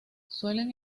suelen